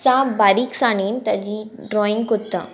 सा बारीकसाणेन ताजी ड्रॉइंग कोत्ता